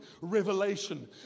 revelation